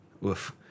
Woof